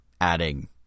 adding